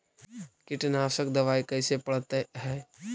कीटनाशक दबाइ कैसे पड़तै है?